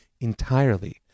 entirely